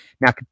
now